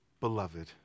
beloved